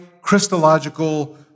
Christological